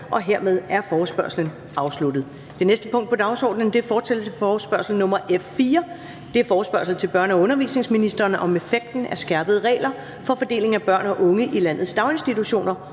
Hermed er forespørgslen afsluttet. --- Det næste punkt på dagsordenen er: 3) Fortsættelse af forespørgsel nr. F 4 [afstemning]: Forespørgsel til børne- og undervisningsministeren om effekten af skærpede regler for fordeling af børn og unge i landets daginstitutioner